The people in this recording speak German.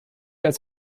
als